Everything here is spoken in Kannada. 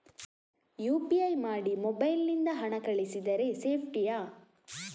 ಯು.ಪಿ.ಐ ಮಾಡಿ ಮೊಬೈಲ್ ನಿಂದ ಹಣ ಕಳಿಸಿದರೆ ಸೇಪ್ಟಿಯಾ?